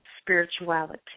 spirituality